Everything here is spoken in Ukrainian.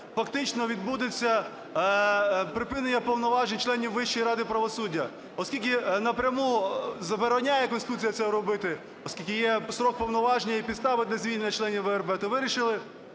фактично відбудеться припинення повноважень членів Вищої ради правосуддя. Оскільки напряму забороняє Конституція це робити, оскільки є строк повноважень і підстави для звільнення членів ВРП, то вирішили